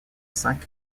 cinq